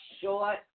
short